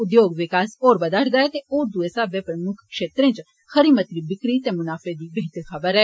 उद्योगी विकास होर बदा'रदा ऐ ते होर दुस सब्बै प्रमुक्ख क्षेत्रें च खरी मती बिक्री ते मुनाफे दी बेहतरी दी खबर ऐ